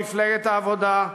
מפלגת העבודה,